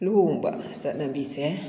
ꯂꯨꯍꯣꯡꯕ ꯆꯠꯅꯕꯤꯁꯦ